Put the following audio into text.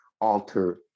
alter